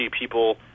people